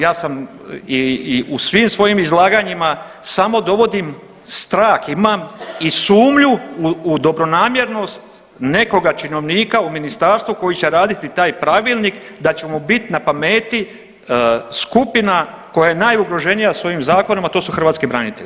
Ja sam i u svim svojim izlaganjima samo dovodim, strah imam i sumnju u dobronamjernost nekoga činovnika u ministarstvu koji će raditi taj pravilnik da će mu bit na pameti skupina koja je najugroženija sa ovim zakonom, a to su hrvatski branitelji.